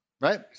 right